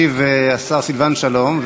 ישיב השר סילבן שלום.